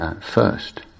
first